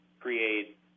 create